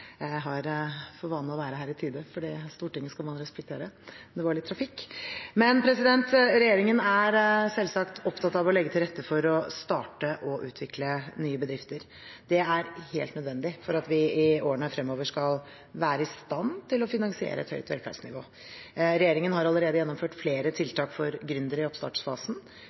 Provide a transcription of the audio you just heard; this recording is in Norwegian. Jeg har for vane å være her i tide fordi Stortinget skal man respektere, men det var litt trafikk. Regjeringen er selvsagt opptatt av å legge til rette for å starte og utvikle nye bedrifter. Det er helt nødvendig for at vi i årene fremover skal være i stand til å finansiere et høyt velferdsnivå. Regjeringen har allerede gjennomført flere tiltak for gründere i oppstartsfasen.